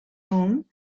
home